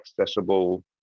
accessible